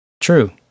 True